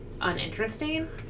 uninteresting